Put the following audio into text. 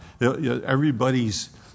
Everybody's